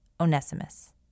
Onesimus